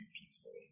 peacefully